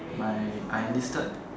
my I enlisted